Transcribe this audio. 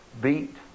beat